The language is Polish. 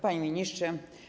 Panie Ministrze!